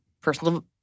personal